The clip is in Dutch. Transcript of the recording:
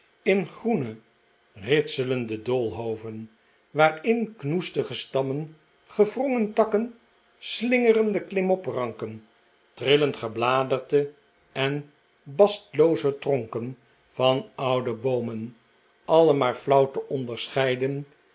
in groene ritselende doolhoven waarin knoestige stammen gewrongen takken slingerende klimopranken trillend gebjaderte en bastlooze tronken van oude boomen alle maar flauw te onderscheiden